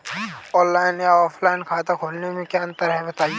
Online या offline खाता खोलने में क्या अंतर है बताएँ?